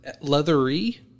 leathery